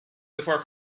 before